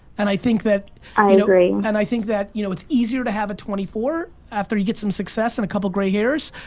and i think that i agree. and i think that you know it's easier to have at twenty four. after you get some success and a couple gray hairs,